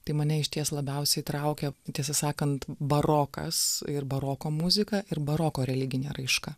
tai mane išties labiausiai traukia tiesą sakant barokas ir baroko muzika ir baroko religinė raiška